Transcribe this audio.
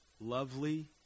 lovely